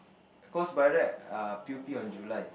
cause by right err p_o_p on July